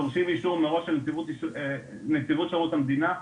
דורשים אישור מראש של נציבות שירות המדינה.